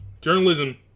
Journalism